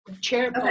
chair